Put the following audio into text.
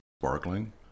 sparkling